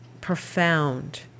profound